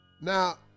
Now